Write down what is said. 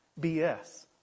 BS